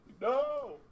No